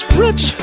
rich